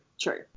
true